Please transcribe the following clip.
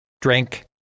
Drink